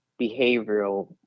behavioral